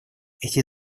эти